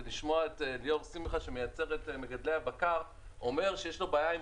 זה לשמוע את ליאור שמחה שמייצג את מגדלי הבקר אומר שיש לו בעיה עם